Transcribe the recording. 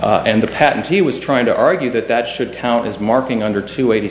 and the patent he was trying to argue that that should count as marking under to eighty